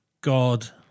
God